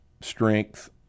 strength